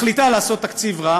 מחליטה לעשות תקציב רע